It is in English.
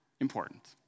important